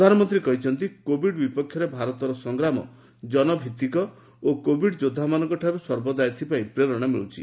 ପ୍ରଧାନମନ୍ତ୍ରୀ କହିଛନ୍ତି କୋବିଡ୍ ବିପକ୍ଷରେ ଭାରତର ସଂଗ୍ରାମ ଜନଭିଭିକ ଓ କୋବିଡ୍ ଯୋଦ୍ଧାମାନଙ୍କଠାରୁ ସର୍ବଦା ଏଥିପାଇଁ ପ୍ରେରଣା ମିଳୁଛି